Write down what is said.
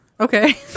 Okay